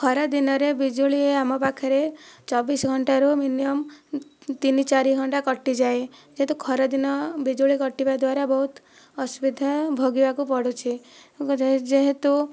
ଖରାଦିନରେ ବିଜୁଳି ଆମ ପାଖରେ ଚବିଶ ଘଣ୍ଟାରୁ ମିନିମମ୍ ତିନି ଚାରି ଘଣ୍ଟା କଟିଯାଏ ଯେହେତୁ ଖରାଦିନ ବିଜୁଳି କଟିବା ଦ୍ଵାରା ବହୁତ ଅସୁବିଧା ଭୋଗିବାକୁ ପଡ଼ୁଛି ଯେହେତୁ